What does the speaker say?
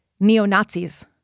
Neo-Nazis